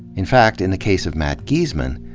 in fact, in the case of matt geesaman,